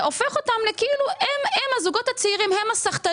אתה הופך את הזוגות הצעירים למצב שבו הם הסחטנים,